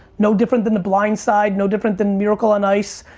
no different than the blindside, no different than miracle on ice,